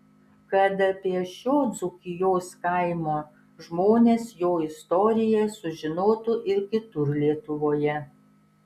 kad apie šio dzūkijos kaimo žmones jo istoriją sužinotų ir kitur lietuvoje